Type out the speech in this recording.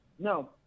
No